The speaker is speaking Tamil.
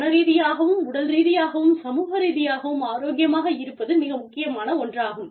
மன ரீதியாகவும் உடல் ரீதியாகவும் சமூக ரீதியாகவும் ஆரோக்கியமாக இருப்பது மிக முக்கியமான ஒன்றாகும்